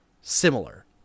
similar